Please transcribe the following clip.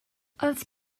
els